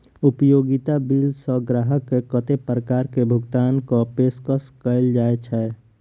उपयोगिता बिल सऽ ग्राहक केँ कत्ते प्रकार केँ भुगतान कऽ पेशकश कैल जाय छै?